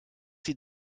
sie